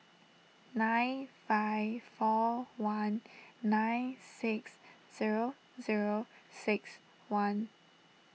nine five four one nine six zero zero six one